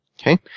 Okay